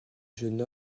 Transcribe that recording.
jeune